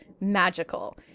magical